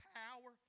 power